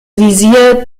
visier